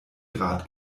grad